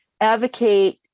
advocate